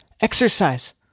Exercise